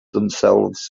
themselves